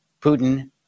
Putin